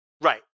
Right